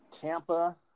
Tampa